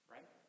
Right